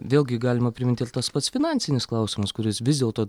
vėlgi galima priminti ir tas pats finansinis klausimas kuris vis dėlto